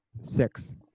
Six